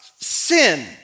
sin